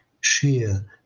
sheer